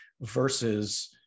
versus